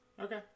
Okay